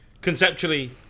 Conceptually